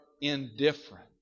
indifferent